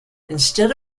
instead